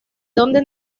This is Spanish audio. dónde